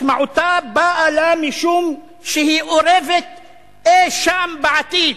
משמעותה באה לה משום שהיא אורבת אי-שם בעתיד,